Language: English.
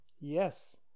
Yes